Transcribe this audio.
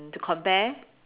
to compare